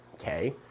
okay